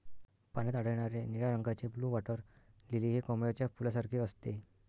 पाण्यात आढळणारे निळ्या रंगाचे ब्लू वॉटर लिली हे कमळाच्या फुलासारखे असते